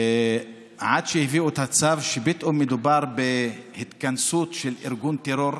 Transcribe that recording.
עד שהביאו את הצו שפתאום מדובר בהתכנסות של ארגון טרור,